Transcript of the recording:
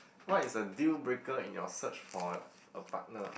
what is a deal breaker in your search for a partner